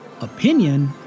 opinion